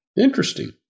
Interesting